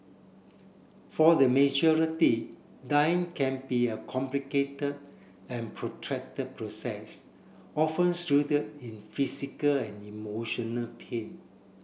for the majority dying can be a complicated and protracted process often shrouded in physical and emotional pain